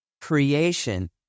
creation